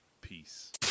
Peace